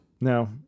No